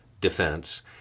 defense